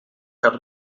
gaat